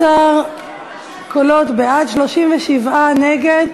חבר הכנסת זאב, בבקשה